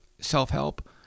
self-help